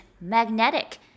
magnetic